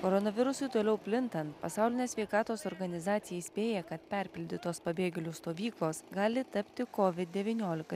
koronavirusui toliau plintant pasaulinė sveikatos organizacija įspėja kad perpildytos pabėgėlių stovyklos gali tapti covid devyniolika